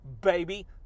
baby